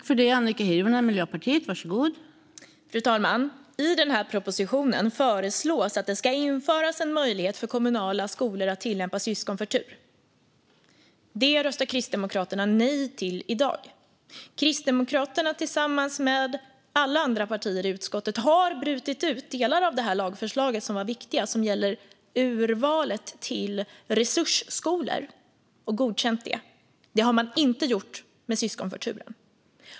Fru talman! I den här propositionen föreslås att det ska införas en möjlighet för kommunala skolor att tillämpa syskonförtur. Det röstar Kristdemokraterna nej till i dag. Kristdemokraterna har tillsammans med alla andra partier i utskottet brutit ut viktiga delar av det här lagförslaget gällande urvalet till resursskolor och godkänt det. Så har man inte gjort med syskonförturen.